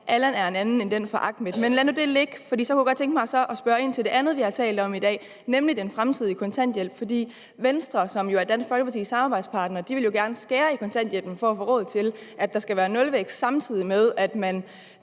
Allan er en anden, end den er for Ahmet. Men lad nu det ligge, for jeg kunne godt tænke mig at spørge ind til det andet, vi har talt om i dag, nemlig den fremtidige kontanthjælp. Venstre, som er Dansk Folkepartis samarbejdspartner, vil jo gerne skære ned i kontanthjælpen for at få råd til, at der skal være nulvækst, samtidig med at man